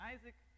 Isaac